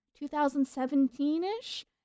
2017-ish